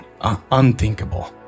unthinkable